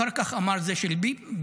אחר כך אמר: זה של ביבי.